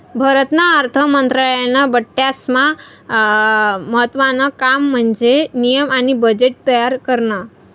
भारतना अर्थ मंत्रालयानं बठ्ठास्मा महत्त्वानं काम म्हन्जे नियम आणि बजेट तयार करनं